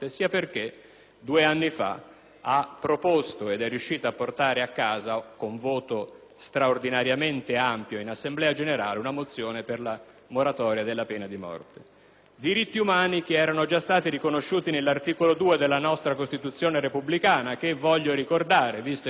ha proposto - ed è riuscita a portare a casa con voto straordinariamente ampio in Assemblea generale - una mozione per la moratoria della pena di morte. Stiamo parlando di diritti umani che erano già stati riconosciuti nell'articolo 2 della nostra Costituzione repubblicana, che voglio ricordare, visto e considerato che qui